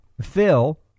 Phil